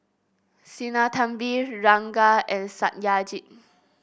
Sinnathamby Ranga and Satyajit